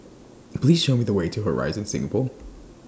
Please Show Me The Way to Horizon Singapore